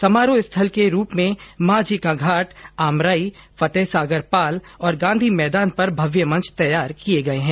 समारोह स्थल के रूप में मां जी का घाट आमराई फतेहसागर पाल और गांधी मैदान पर भव्य मंच तैयार किये गये है